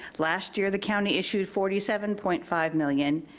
last year, the county issued forty seven point five million,